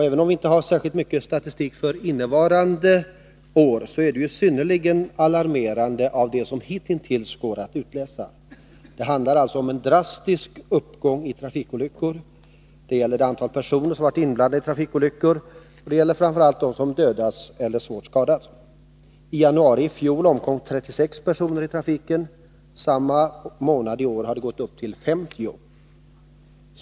Även om viinte har fått särskilt mycket statistik för innevarande år, är det som hitintills går att utläsa synnerligen alarmerande. Det handlar om en drastisk uppgång i antalet trafikolyckor. Det gäller det antal personer som var inblandade i trafikolyckor, framför allt dem som dödats eller svårt skadats. I januari månad förra året omkom 36 personer i trafiken. Samma månad i år var siffran 50.